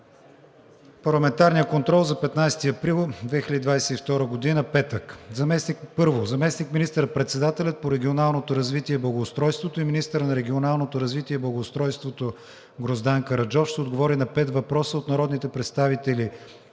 Парламентарният контрол за 15 април 2022 г., петък: „1. Заместник министър-председателят по регионалното развитие и благоустройството и министър на регионалното развитие и благоустройството Гроздан Караджов ще отговори на пет въпроса от народните представители